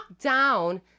down